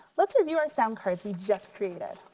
let's review our sound cards we just created.